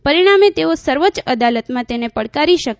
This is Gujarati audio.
પરિણામે તેઓ સર્વોચ્ય અદાલતમાં તેને પડકારી શકે